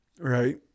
right